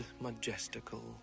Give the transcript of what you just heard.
majestical